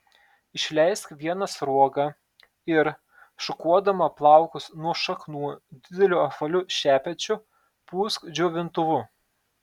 išleisk vieną sruogą ir šukuodama plaukus nuo šaknų dideliu apvaliu šepečiu pūsk džiovintuvu